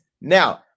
Now